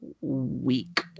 week